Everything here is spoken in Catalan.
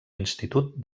institut